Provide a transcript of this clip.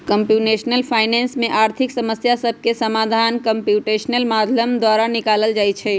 computational finance में आर्थिक समस्या सभके समाधान कंप्यूटेशनल माध्यम द्वारा निकालल जाइ छइ